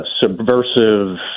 Subversive